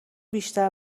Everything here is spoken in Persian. بیشتر